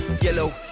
yellow